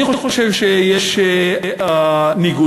אני חושב שיש ניגודים,